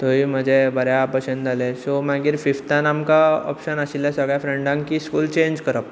थंय म्हजे बऱ्या भशेन जाले सो मागीर फिफतान आमकां ऑपशन आशिल्ले सगळे फ्रेंडांक की स्कूल चेंज करप